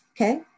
okay